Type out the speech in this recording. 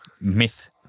Myth